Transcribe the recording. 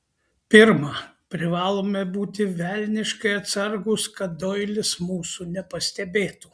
pirma privalome būti velniškai atsargūs kad doilis mūsų nepastebėtų